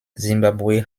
simbabwe